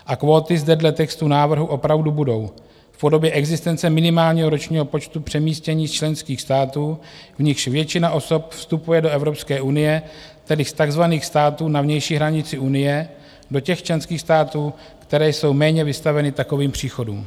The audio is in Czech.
A kvóty zde dle textu návrhu opravdu budou v podobě existence minimálního ročního počtu přemístění z členských států, v nichž většina osob vstupuje do Evropské unie, tedy z takzvaných států na vnější hranici Unie, do těch členských států, které jsou méně vystaveny takovým příchodům.